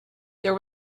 there